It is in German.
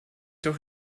doch